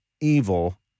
evil